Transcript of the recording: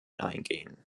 eingehen